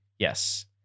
Yes